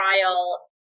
trial